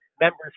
members